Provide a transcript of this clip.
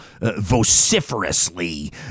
vociferously